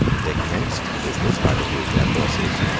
they commenced the business by reviewing their forces,